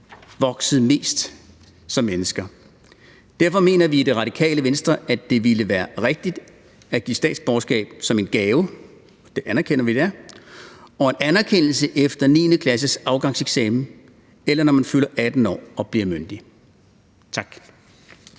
vokser mest som mennesker. Derfor mener vi i Det Radikale Venstre, at det ville være rigtigt at give statsborgerskab som en gave – og det anerkender vi det er – og en anerkendelse efter 9. klasses afgangseksamen, eller når man fylder 18 år og bliver myndig. Tak.